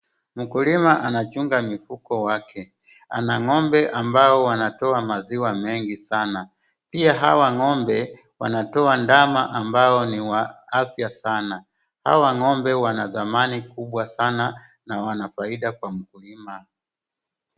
Mkulima anachunga mifugo wake. Ana ng'ombe ambao wanatoa maziwa mengi sana. Pia hawa ng'ombe wanatoa ndama ambao ni wa afya sana. Hawa ng'ombe wanadhamani kubwa sana na wanafaida kwa mkulima.